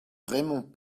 raymond